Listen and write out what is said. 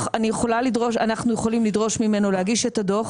אנחנו יכולים לדרוש ממנו להגיש את הדוח